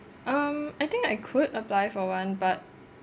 um I think I could apply for one but